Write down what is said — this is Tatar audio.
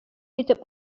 итеп